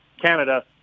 Canada